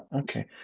Okay